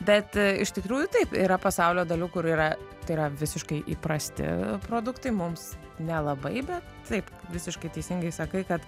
bet iš tikrųjų taip yra pasaulio dalių kur yra tai yra visiškai įprasti produktai mums nelabai bet taip visiškai teisingai sakai kad